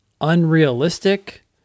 unrealistic